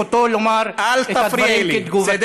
גברתי השרה, זו זכותו לומר את הדברים כתגובה.